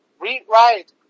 rewrite